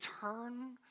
turn